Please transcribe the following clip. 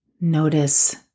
notice